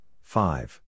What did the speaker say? five